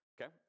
okay